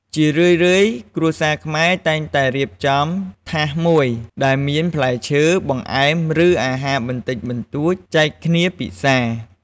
ជារឿយៗ គ្រួសារខ្មែរតែងតែរៀបចំ ថាសមួយ ដែលមានផ្លែឈើ បង្អែម ឬ អាហារបបន្តិចបន្តួចចែកគ្នាពិសា។